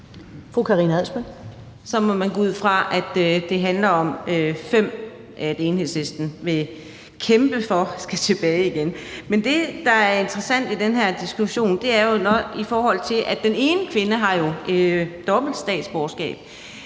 Man må så gå ud fra, at det handler om fem, som Enhedslisten vil kæmpe for skal tilbage igen. Men det, der er interessant i den her diskussion, er jo, at den ene kvinde har dobbelt statsborgerskab.